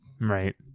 Right